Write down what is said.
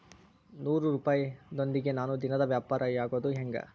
ನೂರುಪಾಯದೊಂದಿಗೆ ನಾನು ದಿನದ ವ್ಯಾಪಾರಿಯಾಗೊದ ಹೆಂಗ?